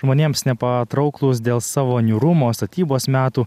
žmonėms nepatrauklūs dėl savo niūrumo statybos metų